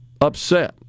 upset